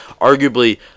arguably